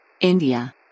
India